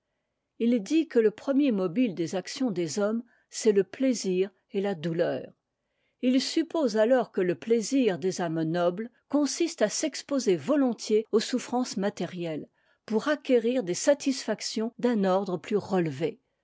i dit que ie premier mobile des actions des hommes c'est le plaisir et la douleur et il suppose alors que e plaisir des âmes nobles consiste à s'exposer volontiers aux souffrances matérielles pour acquérir des satisfactions d'un ordre plus relevé